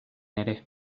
ere